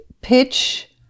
pitch